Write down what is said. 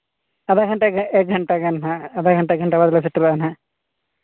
ᱟᱫᱷᱟ ᱜᱷᱚᱱᱴᱟ ᱮᱠ ᱜᱷᱚᱱᱴᱟ ᱜᱟᱱ ᱦᱟᱸᱜ ᱟᱫᱷᱟ ᱜᱷᱚᱱᱴᱟ ᱮᱠ ᱜᱷᱚᱱᱴᱟ ᱵᱟᱫᱽᱞᱮ ᱥᱮᱴᱮᱨᱚᱜᱼᱟ ᱱᱟᱦᱟᱸᱜ